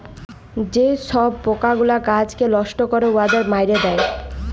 যে ছব পকাগুলা গাহাচকে লষ্ট ক্যরে উয়াদের মাইরে দেয়